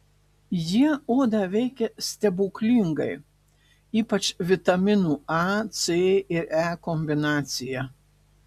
jie odą veikia stebuklingai ypač vitaminų a c ir e kombinacija